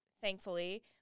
thankfully